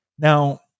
Now